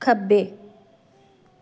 ਖੱਬੇ